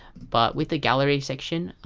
but with the gallery section,